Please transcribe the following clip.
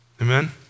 Amen